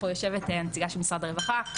יושבת פה הנציגה של משרד הרווחה,